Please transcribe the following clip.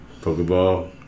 Pokeball